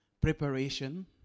preparation